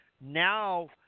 now